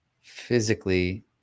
physically